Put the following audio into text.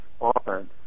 offense